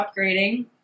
upgrading